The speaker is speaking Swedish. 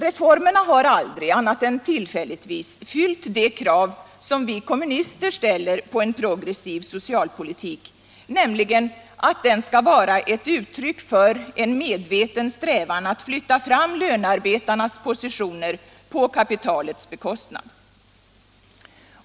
Reformerna har aldrig, annat än tillfälligtvis, uppfyllt det krav som vi kommunister ställer på en progressiv socialpolitik, nämligen att den skall vara ett uttryck för en medveten strävan att flytta fram lönarbetarnas positioner på kapitalets bekostnad.